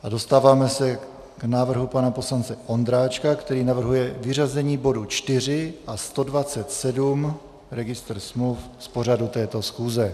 A dostáváme se k návrhu pana poslance Ondráčka, který navrhuje vyřazení bodu 4 a 127, registr smluv, z pořadu této schůze.